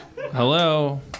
hello